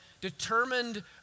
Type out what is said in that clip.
determined